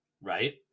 right